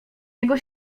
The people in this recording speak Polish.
niego